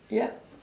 yeah